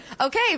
Okay